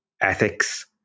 ethics